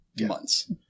Months